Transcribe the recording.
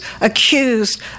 accused